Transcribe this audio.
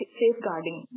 safeguarding